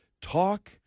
talk